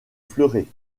fleuret